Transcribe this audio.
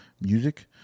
music